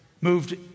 moved